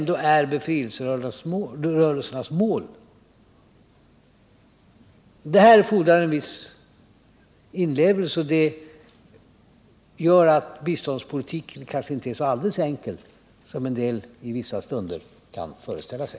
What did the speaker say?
Det här sättet att se på saken fordrar en viss inlevelse, och det gör att biståndspolitiken kanske inte är så alldeles enkel som somliga i vissa stunder vill framställa den.